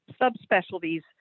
subspecialties